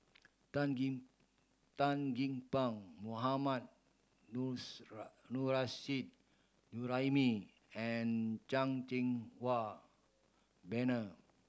Tan Gee Tan Gee Paw Mohammad Juraimi and Chan Cheng Wah Bernard